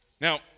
Now